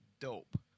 dope